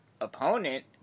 opponent